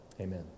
amen